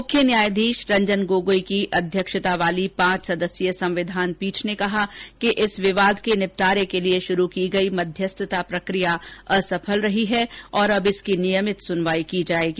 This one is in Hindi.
मुख्य न्यायाधीश रंजन गोगोई की अध्यक्षता वाली पांच सदस्यीय संविधान पीठ ने कहा कि इस विवाद के निपटारे के लिए शुरू की गयी मध्यस्थता प्रक्रिया असफल रही है और अब इसकी नियमित सुनवाई की जायेगी